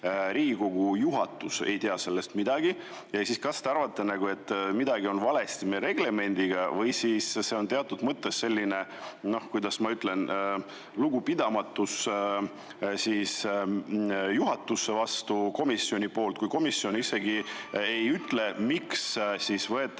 Riigikogu juhatus ei tea sellest midagi. Kuidas te arvate, kas midagi on valesti meie reglemendiga või see on teatud mõttes selline, kuidas ma ütlen, lugupidamatus juhatuse vastu komisjoni poolt, kui komisjon isegi ei ütle, miks võetakse